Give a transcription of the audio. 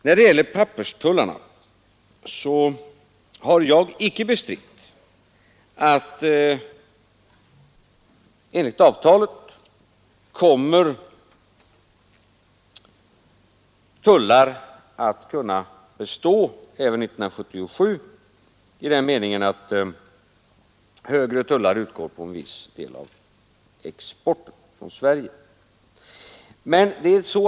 När det gäller papperstullarna har jag icke bestritt att enligt avtalet kommer tullar att kunna bestå även 1977 i den meningen att högre tullar utgår på en viss del av exporten från Sverige.